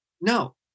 No